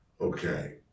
okay